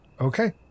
Okay